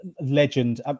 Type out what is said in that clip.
legend